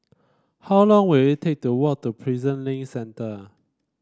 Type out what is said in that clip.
how long will it take to walk to Prison Link Centre